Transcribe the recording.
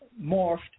morphed